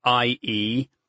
IE